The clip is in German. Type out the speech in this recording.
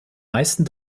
meisten